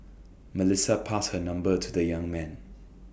Melissa passed her number to the young man